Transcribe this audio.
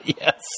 Yes